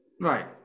Right